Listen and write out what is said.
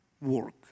work